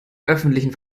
öffentlichen